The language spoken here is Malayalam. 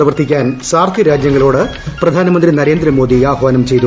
പ്രവർത്തിക്കാൻ സാർക്ക് രാജ്യങ്ങളോട് പ്രധാനമന്ത്രി നരേന്ദ്രമോദി ആഹ്വാനം ചെയ്തു